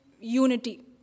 unity